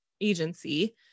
agency